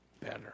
better